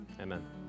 Amen